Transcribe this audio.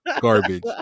garbage